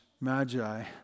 magi